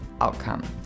outcome